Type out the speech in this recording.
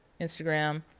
Instagram